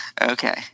Okay